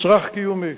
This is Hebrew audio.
מצרך קיומי.